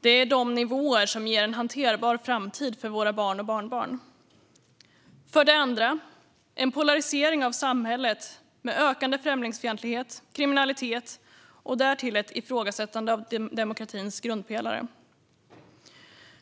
Det är de nivåerna som ger en hanterbar framtid för våra barn och barnbarn. För det andra ser vi en polarisering av samhället med ökande främlingsfientlighet, kriminalitet och därtill ett ifrågasättande av demokratins grundpelare.